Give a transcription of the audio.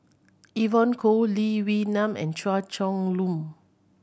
Evon Kow Lee Wee Nam and Chua Chong Long